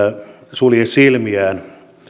sulje silmiään